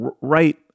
right